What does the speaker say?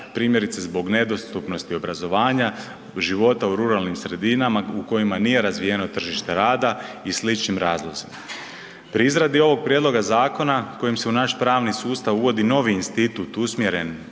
primjerice zbog nedostupnosti obrazovanja, života u ruralnim sredinama u kojima nije razvijeno tržište rada i sličnim razlozima. Pri izradi ovog prijedloga zakona kojim se u naš pravni sustav uvodi novi institut usmjeren